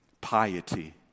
piety